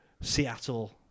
Seattle